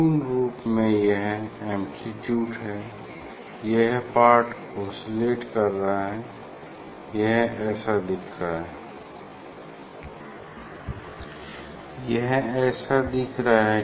पूर्ण रूप में यह एम्प्लीट्यूड है यह पार्ट ओसिलेट कर रहा है यह ऐसा दिख रहा है